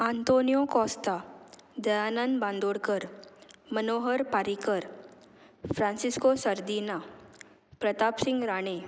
Antonio Costa Dayanand Bandodkar Manohar Parrikar Francisco Sardinha Pratap Singh Rane